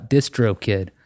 DistroKid